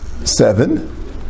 Seven